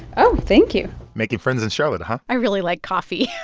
oh, thank you making friends in charlotte and i really like coffee.